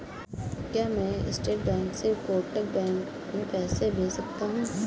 क्या मैं state bank से कोटक बैंक में पैसे भेज सकता हूँ?